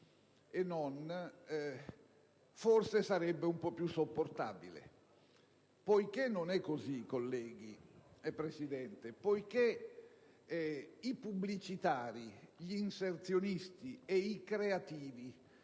e non, forse sarebbe un po' più sopportabile. Ma non è così, colleghi, signora Presidente, perché i pubblicitari, gli inserzionisti e i creativi